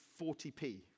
40p